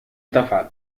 تفعل